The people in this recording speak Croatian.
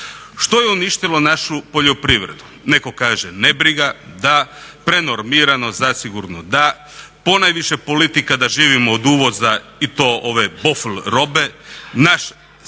Što je uništilo našu poljoprivredu? Netko kaže nebriga. Da. Prenormiranost, zasigurno da. Ponajviše politika da živimo od uvoza i to ove buffle robe.